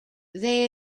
they